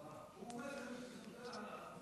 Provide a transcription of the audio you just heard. חס וחלילה.